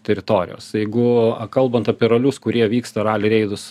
teritorijos jeigu kalbant apie ralius kurie vyksta rali reidus